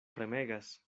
premegas